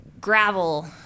gravel